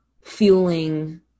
fueling